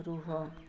ରୁହ